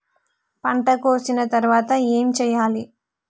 పంట కోసిన తర్వాత ఏం చెయ్యాలి?